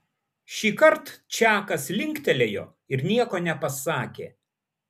šįkart čakas linktelėjo ir nieko nepasakė